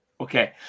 Okay